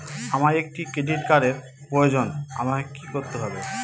আমার একটি ক্রেডিট কার্ডের প্রয়োজন আমাকে কি করতে হবে?